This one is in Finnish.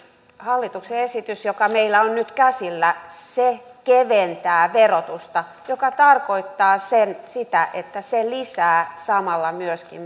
hallituksen esitys joka meillä on nyt käsillä keventää verotusta mikä tarkoittaa sitä että se lisää samalla myöskin